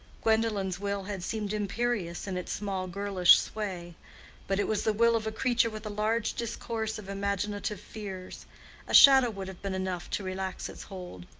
gwendolen's will had seemed imperious in its small girlish sway but it was the will of a creature with a large discourse of imaginative fears a shadow would have been enough to relax its hold.